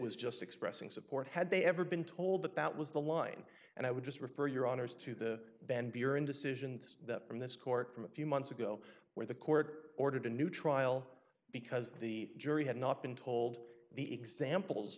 was just expressing support had they ever been told that that was the line and i would just refer your honour's to the van buren decision that from this court from a few months ago where the court ordered a new trial because the jury had not been told the examples